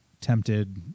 tempted